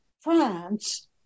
France